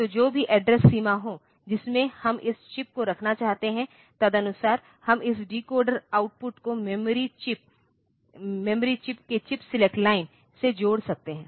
तो जो भी एड्रेस सीमा हो जिसमें हम इस चिप को रखना चाहते हैं तदनुसार हम इस डिकोडर आउटपुट को मेमोरी चिप के चिप सेलेक्ट लाइन से जोड़ सकते हैं